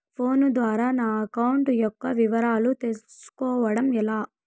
Phone ద్వారా నా account యొక్క వివరాలు తెలుస్కోవడం ఎలా?